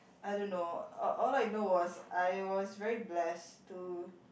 I don't know all I know was I was very blessed to